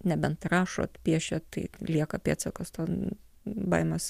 nebent rašot piešiat tai lieka pėdsakas ten baimės